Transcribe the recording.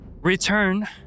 return